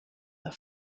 the